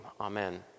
amen